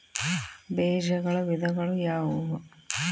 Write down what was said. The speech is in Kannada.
ಬೇಜಗಳ ವಿಧಗಳು ಯಾವುವು?